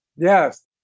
Yes